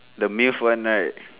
the miss one right